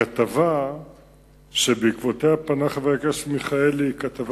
הכתבה שבעקבותיה פנה חבר הכנסת מיכאלי היא כתבה